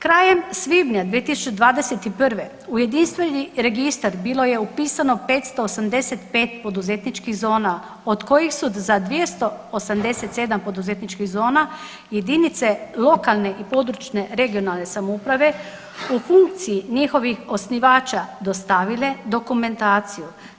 Krajem svibnja 2021. u jedinstveni registar bilo je upisano 585 poduzetničkih zona, od kojih su za 287 poduzetničkih zona jedinice lokalne i područne regionalne samouprave u funkciji njihovih osnivača dostavile dokumentaciju.